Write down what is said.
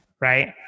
right